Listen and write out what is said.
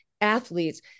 athletes